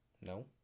no